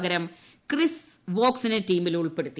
പകരം ക്രിസ് വോക്സിനെ ടീമിൽ ഉൾപ്പെടുത്തി